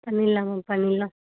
பண்ணிடலாம் மேம் பண்ணிடலாம்